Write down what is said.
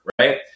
right